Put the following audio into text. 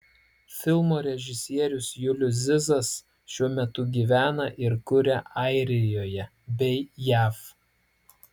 filmo režisierius julius zizas šiuo metu gyvena ir kuria airijoje bei jav